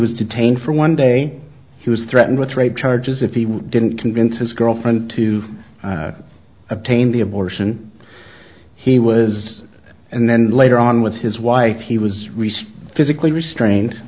was detained for one day he was threatened with rape charges if he didn't convince his girlfriend to obtain the abortion he was and then later on with his wife he was received physically restrained